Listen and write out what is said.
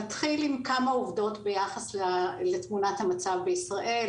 נתחיל עם כמה עובדות ביחס לתמונת המצב בישראל: